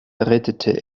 rettete